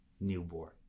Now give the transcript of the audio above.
newborn